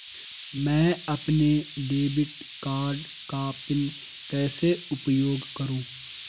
मैं अपने debit card का पिन कैसे उपयोग करूँ?